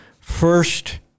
First